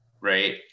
right